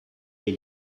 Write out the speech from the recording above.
les